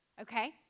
Okay